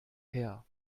her